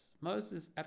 Moses